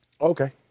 okay